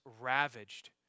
ravaged